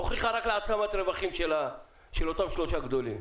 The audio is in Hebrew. היא הועילה רק להעצמת רווחים של אותם שלושה גדולים.